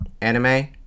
anime